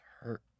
hurt